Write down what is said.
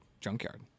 Junkyard